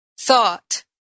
thought